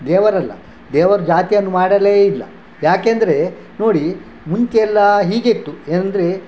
ದೇವರಲ್ಲ ದೇವರು ಜಾತಿಯನ್ನು ಮಾಡಲೇ ಇಲ್ಲ ಏಕೆ ಅಂದರೆ ನೋಡಿ ಮುಂಚೆಯೆಲ್ಲ ಹೀಗೆ ಇತ್ತು ಏನೆಂದ್ರೆ